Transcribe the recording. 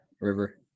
river